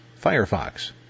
Firefox